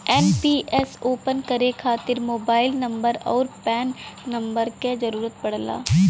NPS open करे खातिर mobile number आउर पैन नंबर क जरुरत पड़ला